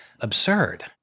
absurd